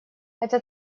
это